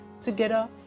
together